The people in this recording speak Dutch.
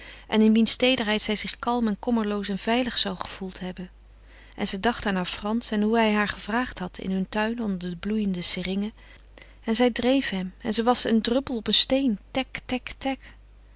en in wiens teederheid zij zich kalm en kommerloos en veilig zou gevoeld hebben en ze dacht aan haar frans en hoe hij haar gevraagd had in hun tuin onder de bloeiende seringen en zij dreef hem en ze was een druppel water op een steen tèk tèk tèk